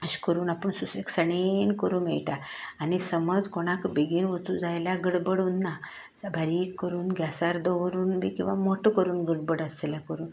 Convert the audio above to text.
अश करून आपूण सुशेगसाणिन करूं मेळटा आनी समज कोणाक बेगीन वचूं जाय जाल्यार गडबड उरना बारीक करून गॅसार दवरून बी किंवा मोटो करून गडबड आसल्यार करून